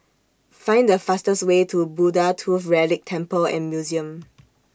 Find The fastest Way to Buddha Tooth Relic Temple and Museum